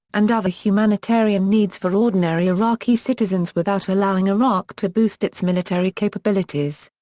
and other humanitarian needs for ordinary iraqi citizens without allowing iraq to boost its military capabilities.